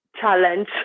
challenge